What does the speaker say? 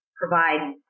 provide